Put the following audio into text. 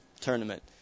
tournament